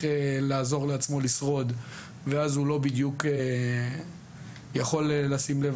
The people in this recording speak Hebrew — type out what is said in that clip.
לעזור לעצמו לשרוד ואז הוא לא בדיוק יכול לשים לב